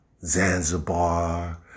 Zanzibar